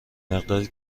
مقداری